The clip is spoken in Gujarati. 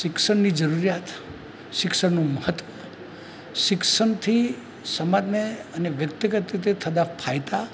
શિક્ષણની જરૂરિયાત શિક્ષણનું મહત્ત્વ શિક્ષણથી સમાજને અને વ્યક્તિગત રીતે થતા ફાયદા